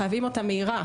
חייבים אותה מהירה,